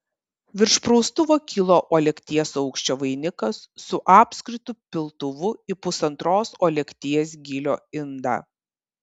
virš praustuvo kilo uolekties aukščio vainikas su apskritu piltuvu į pusantros uolekties gylio indą